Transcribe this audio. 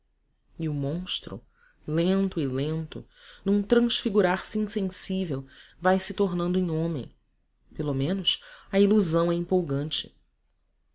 o monstro lento e lento num transfigurar-se insensível vai-se tornando em homem pelo menos a ilusão é empolgante